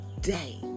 day